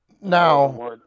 Now